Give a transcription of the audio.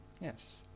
Yes